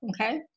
Okay